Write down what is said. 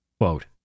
Quote